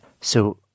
So-